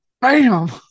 Bam